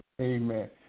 amen